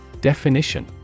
Definition